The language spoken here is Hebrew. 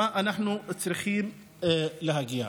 למה אנחנו צריכים להגיע.